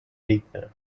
liikmena